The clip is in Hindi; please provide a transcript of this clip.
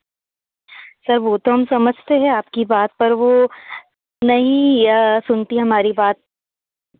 सर वह तो हम समझते हैं आपकी बात पर वह नहीं सुनती हमारी बात